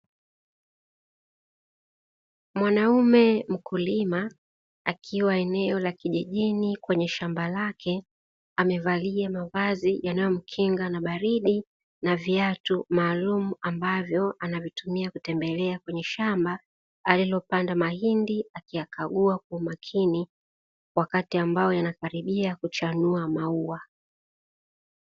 Mwanaume mkulima akiwa eneo la kijijini kwenye shamba lake, amevalia mavazi yanayo mkinga na baridi na viatu maalumu ambavyo anavitumia kutembelea kwenye shamba alilopanda mahindi, akiyakagua kwa makini wakati ambao yanakaribia kuchanua maua.